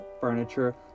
furniture